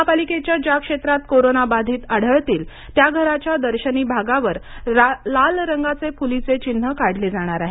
महापालिकेच्या ज्या क्षेत्रात कोरोना बाधित आढळतील त्या घराच्या दर्शनी भागावर लाल रंगाचे फुलीचे चिन्ह काढले जाणार आहे